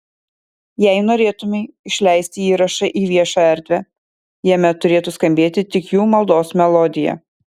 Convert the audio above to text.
jei norėtumei išleisti įrašą į viešą erdvę jame turėtų skambėti tik jų maldos melodija